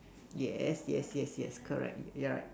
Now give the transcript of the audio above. yes yes yes yes correct you're right